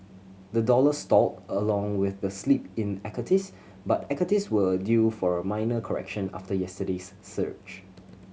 the dollar stalled along with the slip in equities but equities were due for a minor correction after yesterday's surge